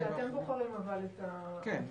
כשאתם בוחרים את --- בהחלט,